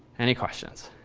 any questions?